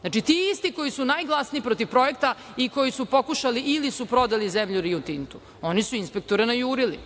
Znači, ti isti koji su najglasniji protiv projekta i koji su pokušali ili su prodali zemlju Rio Tintu oni su inspektore najurili.